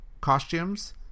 costumes